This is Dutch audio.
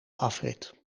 afrit